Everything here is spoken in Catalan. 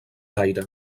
l’aire